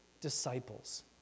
disciples